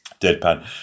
Deadpan